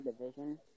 division